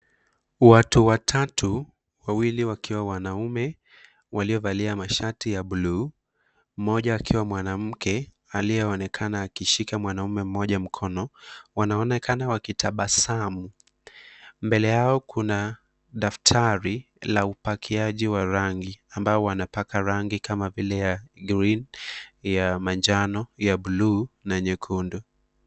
Watu watatu wawili wakiwa wanaume waliovalia mashati ya bluu; mmoja akiwa mwanamke aliyeonekana akishika mwanaume mmoja mkono, wanaonekana wakitabasamu. Mbele yao kuna daftari la upakiaji wa rangi ambayo wanapaka rangi kama vile ya green ya manjano, ya bluu na nyekundu.